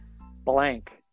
blank